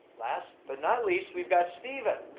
last but not least we've got steven.